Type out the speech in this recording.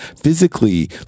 physically